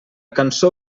cançó